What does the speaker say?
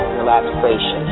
relaxation